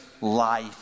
life